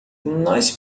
nós